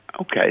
okay